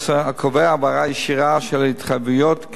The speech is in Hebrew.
הקובע העברה ישירה של התחייבויות כספיות